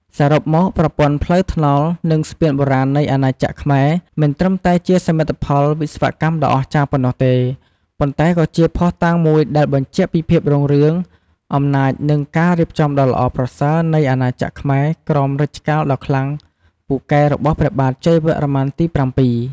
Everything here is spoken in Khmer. សរុបមក ប្រព័ន្ធផ្លូវថ្នល់ និងស្ពានបុរាណនៃអាណាចក្រខ្មែរ មិនត្រឹមតែជាសមិទ្ធផលវិស្វកម្មដ៏អស្ចារ្យប៉ុណ្ណោះទេ ប៉ុន្តែក៏ជាភស្តុតាងមួយដែលបញ្ជាក់ពីភាពរុងរឿង អំណាច និងការរៀបចំដ៏ល្អប្រសើរនៃអាណាចក្រខ្មែរក្រោមរជ្ជកាលដ៏ខ្លាំងពូកែរបស់ព្រះបាទជ័យវរ្ម័នទី៧។